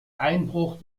einbruch